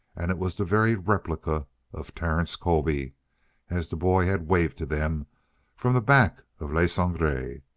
and it was the very replica of terence colby as the boy had waved to them from the back of le sangre.